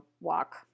walk